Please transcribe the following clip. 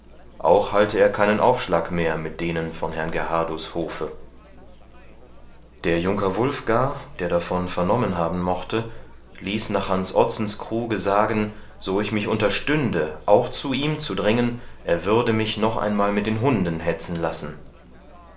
auch halte er keinen aufschlag mehr mit denen von herrn gerhardus hofe der junker wulf gar der davon vernommen haben mochte ließ nach hans ottsens kruge sagen so ich mich unterstünde auch zu ihm zu dringen er würde mich noch einmal mit den hunden hetzen lassen